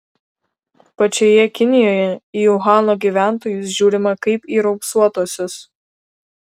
pačioje kinijoje į uhano gyventojus žiūrima kaip į raupsuotuosius